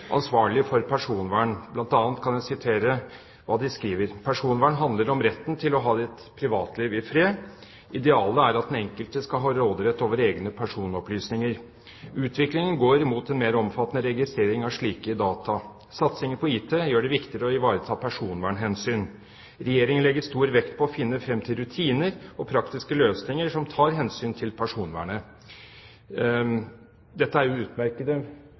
for personvern. Blant annet kan jeg sitere fra hva de skriver: «Personvern handler om retten til å få ha ditt privatliv i fred . Idealet er at den enkelte skal ha råderett over sine egne personopplysninger. Samfunnsutviklingen går mot en mer omfattende registrering av slike data. Satsingen på IT gjør det viktigere å ivareta personvernhensyn. Regjeringen legger stor vekt på å finne fram til rutiner og praktiske løsninger som både tar hensyn til personvernet Dette er jo